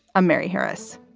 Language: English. i'm mary harris.